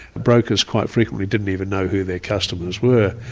brokers quite frequently didn't even know who their customers were.